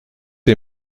ces